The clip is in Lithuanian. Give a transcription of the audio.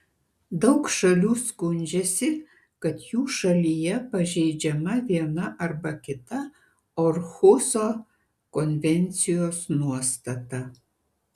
daug šalių skundžiasi kad jų šalyje pažeidžiama viena arba kita orhuso konvencijos nuostata